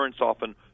often